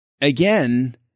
again